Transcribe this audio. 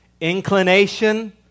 inclination